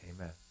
Amen